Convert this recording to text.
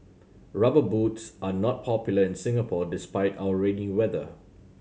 Rubber Boots are not popular in Singapore despite our rainy weather